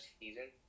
season